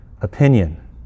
opinion